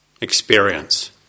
experience